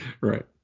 Right